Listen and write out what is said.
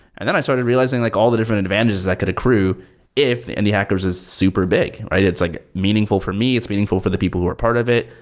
and then i started realizing like all the different advantages that could accrue if indie hackers is super big, right? it's like meaningful for me. it's meaningful for the people who are part of it.